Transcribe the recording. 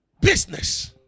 Business